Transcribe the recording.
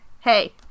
hey